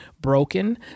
broken